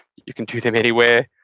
you can do them anywhere.